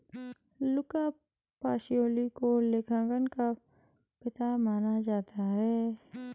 लुका Pacioli को लेखांकन का पिता माना जाता है